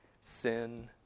Sin